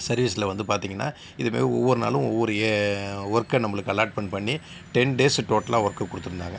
சர்வீஸ்ல வந்து பார்த்தீங்கனா இது மாதிரி ஒவ்வொரு நாளும் ஒவ்வொரு ஏ ஒர்க்கை நம்மளுக்கு அலாட்மெண்ட் பண்ணி டென் டேஸ் டோட்டலாக ஒர்க்கு கொடுத்துருந்தாங்க